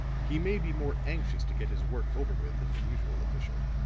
he may be more anxious to get his work over with than the usual official.